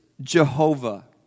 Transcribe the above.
Jehovah